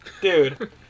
Dude